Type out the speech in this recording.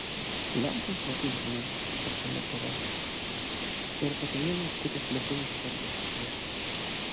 lenkams matyt dzin kad čia lietuva ir kad vienas kitas lietuvis kartais užklysta